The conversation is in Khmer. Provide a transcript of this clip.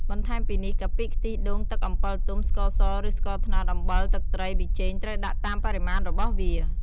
បន្ថែមពីនេះ កាពិ ខ្ទិះដូង ទឹកអំពិលទុំ ស្ករស ឬស្ករត្នោត អំបិល ទឹកត្រី ប៊ីចេង ត្រូវដាក់តាមបរិមាណរបស់វា។